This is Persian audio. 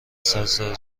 سراسر